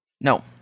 no